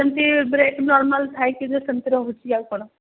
ଯେମିତି brake normal ଥାଇକି ଯେଉଁ ସେମିତି ରହୁଛି ଆଉ କ'ଣ